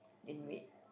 in red